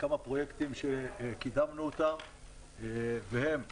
כמה פרויקטים שקידמנו אותם והם הבאים.